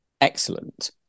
excellent